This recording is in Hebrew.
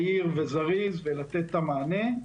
מהיר וזריז ולתת את המענה.